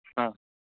ஆ